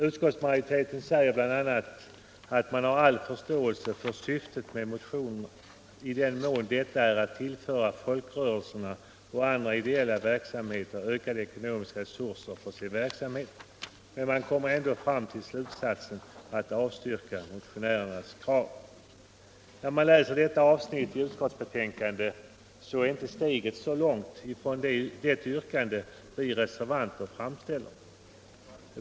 Utskottsmajoriteten säger bl.a. att man har all förståelse för syftet med motionerna i den mån detta är att tillföra folkrörelserna och andra ideella verksamheter ökade ekonomiska resurser för sin verksamhet. Men man kommer ändå till slutsatsen att avstyrka motionärernas krav. När man läser detta avsnitt i utskottsbetänkandet är inte steget så 123 långt till det yrkande vi reservanter framställer.